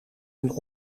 een